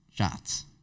Shots